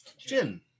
gin